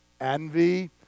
envy